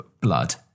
blood